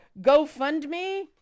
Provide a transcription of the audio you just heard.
GoFundMe